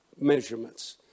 measurements